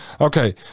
Okay